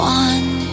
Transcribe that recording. one